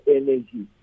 energy